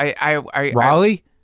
Raleigh